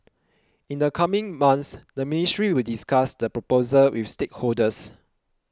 in the coming months the ministry will discuss the proposal with stakeholders